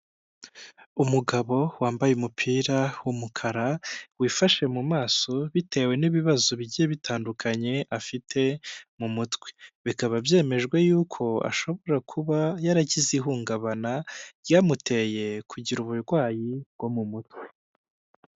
Umugabo wambaye umupira w’umukara wifashe mu maso bitewe n'ibibazo bigiye bitandukanye afite mu mutwe, bikaba byemejwe y’uko ashobora kuba yaragize ihungabana ryamuteye kugira uburwayi bwo mu mutwe.